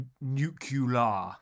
Nuclear